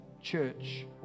church